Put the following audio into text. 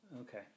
Okay